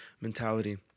mentality